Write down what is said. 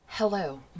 Hello